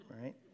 right